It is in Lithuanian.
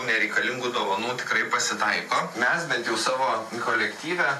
nereikalingų dovanų tikrai pasitaiko mes bent jau savo kolektyve